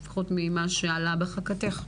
לפחות ממה שעלה בחכתך.